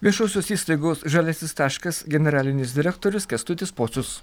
viešosios įstaigos žaliasis taškas generalinis direktorius kęstutis pocius